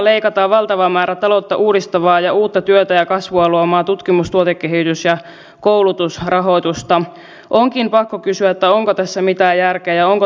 kuinka tarkasti ministerit aiotte nyt seurata tätä kehitystä ja millä keinoin puututte siihen jos näyttää siltä että homma lähtee lapasesta